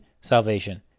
salvation